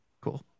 Cool